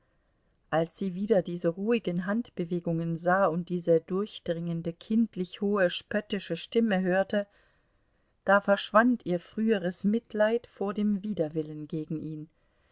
als sie wieder diese ruhigen handbewegungen sah und diese durchdringende kindlich hohe spöttische stimme hörte da verschwand ihr früheres mitleid vor dem widerwillen gegen ihn